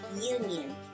union